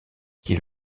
qui